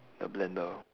the blender